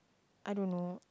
I don't know